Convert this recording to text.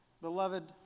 beloved